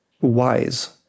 wise